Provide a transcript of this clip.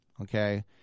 okay